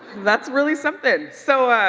that's really something. so